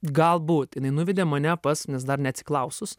galbūt jinai nuvedė mane pas nes dar neatsiklausus